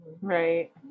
Right